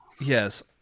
Yes